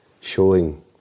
showing